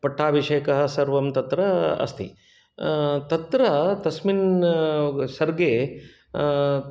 पट्टाभिषेकः सर्वं तत्र अस्ति तत्र तस्मिन् सर्गे